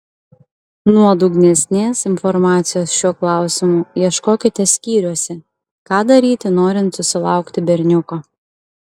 nuodugnesnės informacijos šiuo klausimu ieškokite skyriuose ką daryti norint susilaukti berniuko